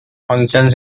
functions